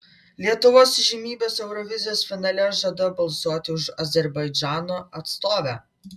lietuvos įžymybės eurovizijos finale žada balsuoti už azerbaidžano atstovę